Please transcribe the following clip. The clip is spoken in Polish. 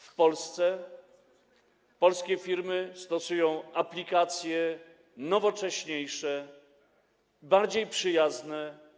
W Polsce polskie firmy stosują aplikacje nowocześniejsze, bardziej przyjazne.